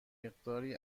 مقداری